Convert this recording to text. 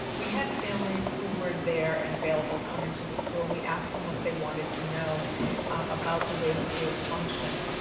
we had families who were there and available come into the school, and we asked them what they wanted to know about the way schools functioned.